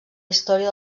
història